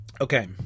Okay